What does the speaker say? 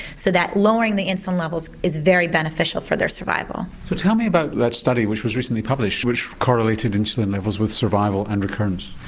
so that lowering the insulin levels is very beneficial for their survival. so tell me about that study which was recently published, which correlated insulin levels with survival and recurrence.